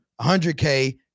100K